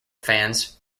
fans